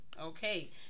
Okay